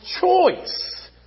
choice